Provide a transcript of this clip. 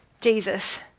Jesus